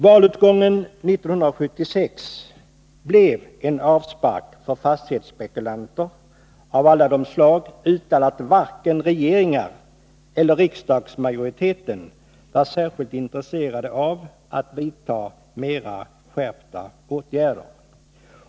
Valutgången 1976 blev en avspark för fastighetsspekulanter av alla de slag utan att varken regeringar eller riksdagsmajoritet var särskilt intresserade av att vidta skärpta åtgärder.